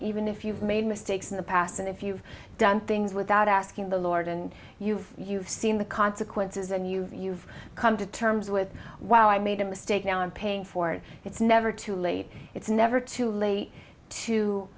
even if you've made mistakes in the past and if you've done things without asking the lord and you you've seen the consequences and you you've come to terms with wow i made a mistake now i'm paying for it it's never too late it's never too late to